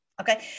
Okay